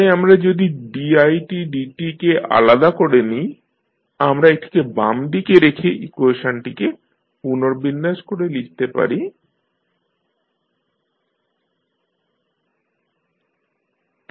তাই আমরা যদি ditdt কে আলাদা করে নিই আমরা এটিকে বাম দিকে রেখে ইকুয়েশনটিকে পুনর্বিন্যাস করে লিখতে পারি didt1Let 1Lec RLi